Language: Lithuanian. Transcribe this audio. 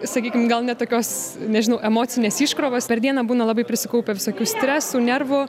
sakykim gal ne tokios nežinau emocinės iškrovos per dieną būna labai prisikaupia visokių stresų nervų